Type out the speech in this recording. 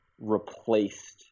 replaced